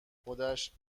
خودش